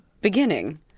beginning